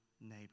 neighbor